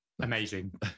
Amazing